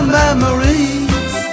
memories